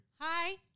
Hi